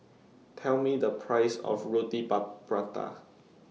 Tell Me The Price of Roti Prata